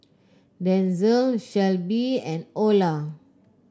Denzel Shelbie and Olar